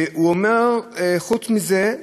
הוא אומר, חוץ מזה,